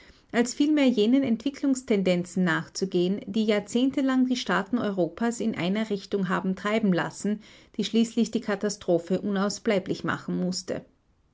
als vielmehr jenen entwicklungstendenzen nachzugehen die jahrzehntelang die staaten europas in einer richtung haben treiben lassen die schließlich die katastrophe unausbleiblich machen mußte